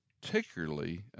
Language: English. particularly